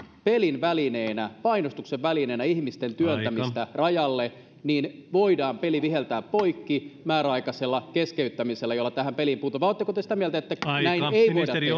pelin välineenä painostuksen välineenä ihmisten työntämistä rajalle voidaan peli viheltää poikki määräaikaisella keskeyttämisellä jolla tähän peliin puututaan vai oletteko te sitä mieltä että näin ei voida